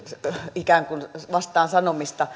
ikään kuin vastaansanomista sen